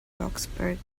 roxburgh